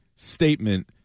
statement